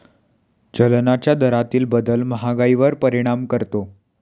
चलनाच्या दरातील बदल महागाईवर परिणाम करतो